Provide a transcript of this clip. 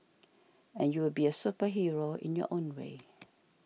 and you will be a superhero in your own way